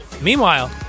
Meanwhile